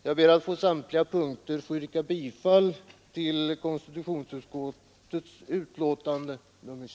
Jag ber att på samtliga punkter få yrka bifall till konstitutionsutskottets hemställan i dess betänkande nr 26.